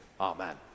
Amen